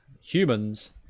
humans